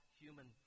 human